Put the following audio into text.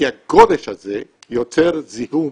כי הגודש הזה יוצר זיהום